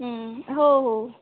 हं हो हो